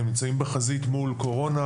הם נמצאים בחזית מול קורונה,